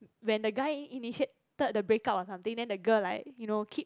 when the guy initiated the break up or something then the girl like you know keep